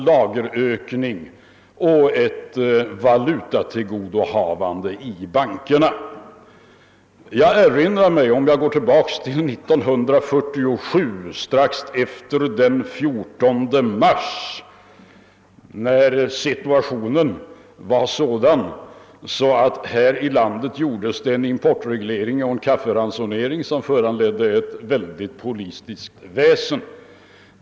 Jag kan gå tillbaka till år 1947, strax efter den 14 mars, då situationen var sådan här i landet att det beslöts en importreglering och en kafferansonering som kom att medföra mycket stort politiskt väsen.